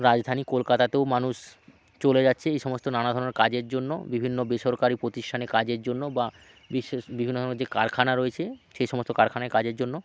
রাজধানী কলকাতাতেও মানুষ চলে যাচ্ছে এই সমস্ত নানা ধরনের কাজের জন্য বিভিন্ন বেসরকারি প্রতিষ্ঠানে কাজের জন্য বা বিশেষ বিভিন্ন রকমের যে কারখানা রয়েছে সেই সমস্ত কারখানায় কাজের জন্য